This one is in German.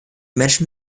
menschen